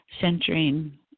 centering